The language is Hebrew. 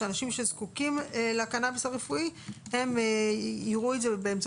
בתי המרקחת שמורשים לנפק קנביס רפואי בישראל ושפועלים במצב